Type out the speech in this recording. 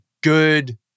good